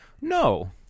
No